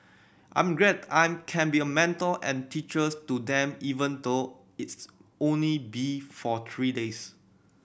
I'm glad I'm can be a mentor and teachers to them even though it's only be for three days